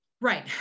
right